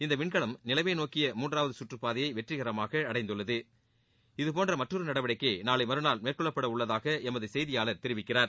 இந்த விண்கலம் நிலவை நோக்கிய மூன்றாவது சுற்றுப் பாதையை வெற்றிகரமாக அடைந்துள்ளது இதபோன்ற மற்றொரு நடவடிக்கை நாளை மறுநாள் மேற்கொள்ளப்பட உள்ளதாக எமது செய்தியாளர் தெரிவிக்கிறார்